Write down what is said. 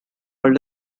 are